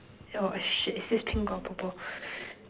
oh shit is this pink or purple